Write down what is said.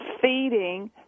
feeding